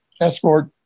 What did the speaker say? escort